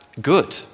good